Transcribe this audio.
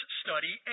study